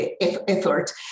effort